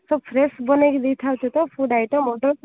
ସବୁ ଫ୍ରେସ୍ ବନେଇକି ଦେଇଥାଉଚ ତ ଫୁଡ୍ ଆଇଟମ୍ ଅର୍ଡର୍